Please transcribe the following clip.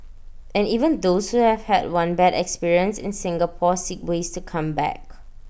and even those who have had one bad experience in Singapore seek ways to come back